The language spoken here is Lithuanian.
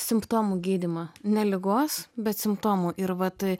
simptomų gydymą ne ligos bet simptomų ir vat